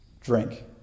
drink